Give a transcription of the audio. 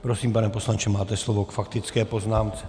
Prosím, pane poslanče, máte slovo k faktické poznámce.